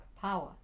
power